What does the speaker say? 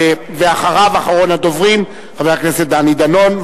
אחריו, אחרון הדוברים, חבר הכנסת דני דנון.